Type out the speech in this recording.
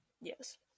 Yes